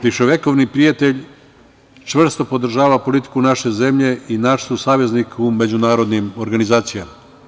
Viševekovni prijatelj čvrsto podržava politiku naše zemlje i naš su saveznik u međunarodnim organizacijama.